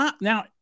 Now